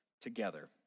together